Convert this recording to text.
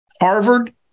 Harvard